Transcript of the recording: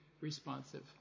responsive